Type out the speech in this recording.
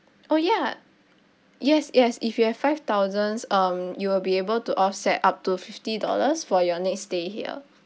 oh ya yes yes if you have five thousand um you'll be able to offset up to fifty dollars for your next stay here